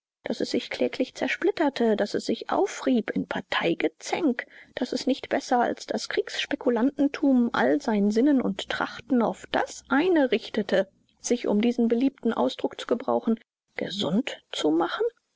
daß es sich kläglich zersplitterte daß es sich aufrieb in parteigezänk daß es nicht besser als das kriegsspekulantentum all sein sinnen und trachten auf das eine richtete sich um diesen beliebten ausdruck zu gebrauchen gesund zu machen